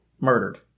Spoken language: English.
murdered